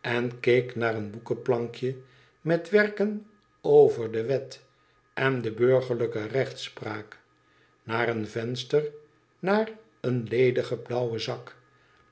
en keek naar een boekenplankje met werken over de wet en de burgerlijke rechtspraak naar een venster naar een ledigen blauwen zak